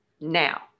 now